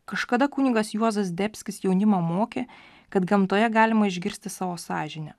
kažkada kunigas juozas zdebskis jaunimą mokė kad gamtoje galima išgirsti savo sąžinę